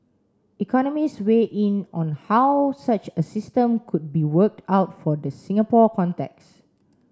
economists weighed in on how such a system could be worked out for the Singapore contexts